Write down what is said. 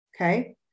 okay